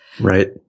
Right